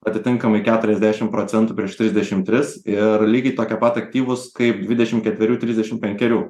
atitinkamai keturiasdešim procentų prieš trisdešim tris ir lygiai tokie pat aktyvūs kaip dvidešim ketverių trisdešim penkerių